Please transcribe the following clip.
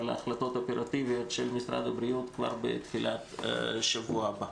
להחלטות אופרטיביות של משרד הבריאות כבר בתחילת השבוע הבא.